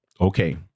Okay